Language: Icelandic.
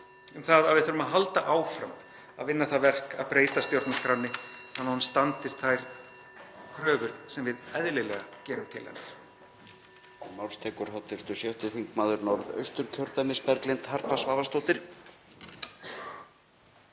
um það að við þurfum að halda áfram að vinna það verk að breyta stjórnarskránni þannig að hún standist þær kröfur sem við eðlilega gerum til hennar.